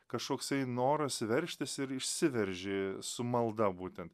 kažkoksai noras veržtis ir išsiverži su malda būten